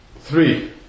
Three